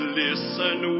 listen